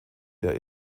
der